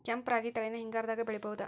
ಕೆಂಪ ರಾಗಿ ತಳಿನ ಹಿಂಗಾರದಾಗ ಬೆಳಿಬಹುದ?